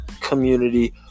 community